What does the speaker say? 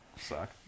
suck